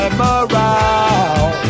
morale